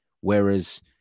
Whereas